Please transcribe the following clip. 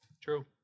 True